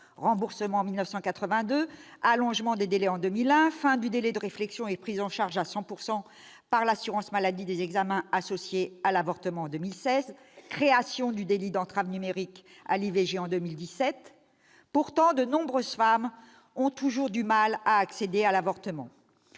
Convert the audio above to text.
remboursement en 1982, allongement des délais en 2001, fin du délai de réflexion et prise en charge à 100 % par l'assurance maladie des examens associés à l'avortement en 2016, création du délit d'entrave numérique à l'IVG en 2017 -, de nombreuses femmes ont toujours du mal à accéder à l'avortement.